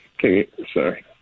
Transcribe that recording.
sorry